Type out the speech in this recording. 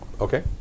Okay